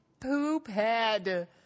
poophead